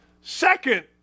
second